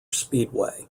speedway